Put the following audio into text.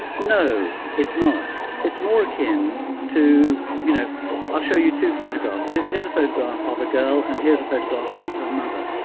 no, it's not. it's more akin to you know i'll show you two photographs. here's a photograph of a girl, and here's a photograph of her mother.